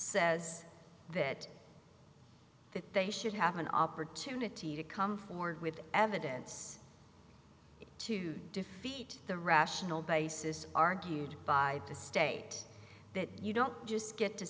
says that they should have an opportunity to come forward with evidence to defeat the rational basis argued by the state that you don't just get to